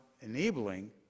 enabling